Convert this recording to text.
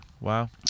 wow